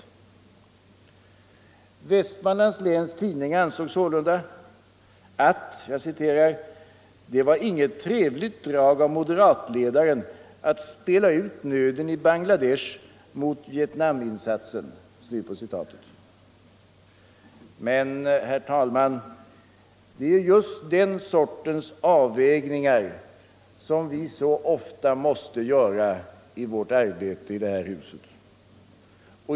för svältdrabbade Vestmanlands Läns Tidning ansåg sålunda: ”Det var inget trevligt — länder drag av moderatledaren att spela ut nöden i Bangladesh mot Vietna minsatsen.” Men, herr talman, det är just den sortens avvägningar som vi så ofta måste göra i vårt arbete i detta hus.